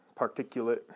particulate